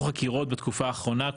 בתקופה האחרונה נפתחו חקירות,